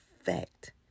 effect